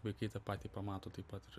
vaikai tą patį pamato taip pat ir